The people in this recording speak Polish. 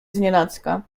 znienacka